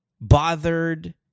bothered